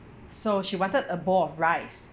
so she wanted a bowl of rice